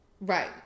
Right